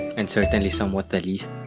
and certainly somewhat the least